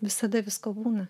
visada visko būna